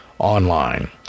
Online